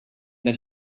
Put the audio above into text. that